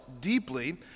deeply